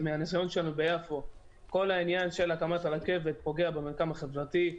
מהניסיון שלנו ביפו כל העניין של הקמת הרכבת פוגע במרקם החברתי.